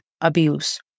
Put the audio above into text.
abuse